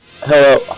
Hello